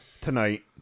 tonight